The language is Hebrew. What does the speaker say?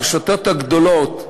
הרשתות הגדולות,